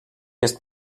jest